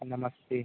नमस्ते